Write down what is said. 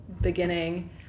beginning